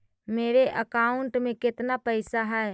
मेरे अकाउंट में केतना पैसा है?